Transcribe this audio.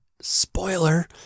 Spoiler